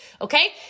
Okay